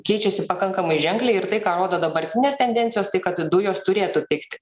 keičiasi pakankamai ženkliai ir tai ką rodo dabartinės tendencijos tai kad dujos turėtų pigti